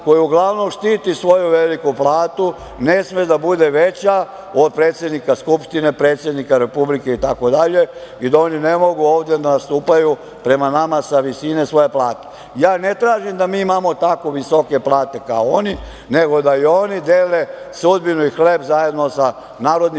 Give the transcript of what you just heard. koji uglavnom štiti svoju veliku platu, ne sme da bude veća od plate predsednika Skupštine, plate predsednika Republike, itd. i da oni ne mogu ovde da nastupaju prema nama sa visine svoje plate. Ne tražim da mi imamo takvo visoke plate kao oni, nego da i oni dele sudbinu i hleb zajedno sa narodnim